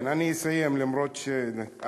כן, אני אסיים, למרות, .